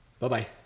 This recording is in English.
Bye-bye